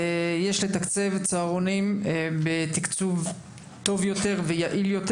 יש לתקצב צהרונים בתקצוב טוב ויעיל יותר,